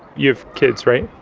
you have kids, right?